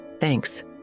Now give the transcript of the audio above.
Thanks